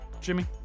Jimmy